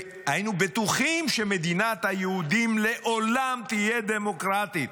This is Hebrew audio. והיינו בטוחים שמדינת היהודים לעולם תהיה דמוקרטית,